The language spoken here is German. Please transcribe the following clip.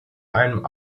einem